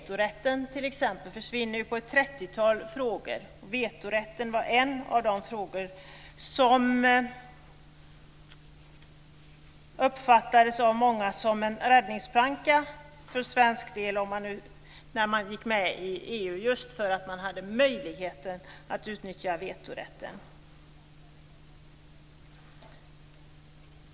T.ex. vetorätten försvinner när det gäller ett trettiotal frågor, och vetorätten var en av de frågor som av många uppfattades som en räddningsplanka för svensk del när Sverige gick med i EU just därför att man hade möjlighet att utnyttja denna vetorätt.